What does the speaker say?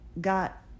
got